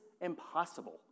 impossible